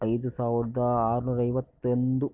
ಐದು ಸಾವಿರದ ಆರು ನೂರ ಐವತ್ತೊಂದು